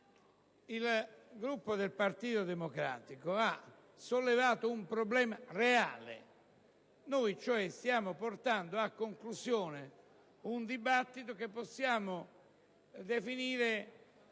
Il Gruppo del Partito Democratico ha sollevato un problema reale: stiamo portando a conclusione un dibattito che possiamo definire